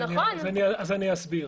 אסביר.